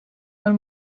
del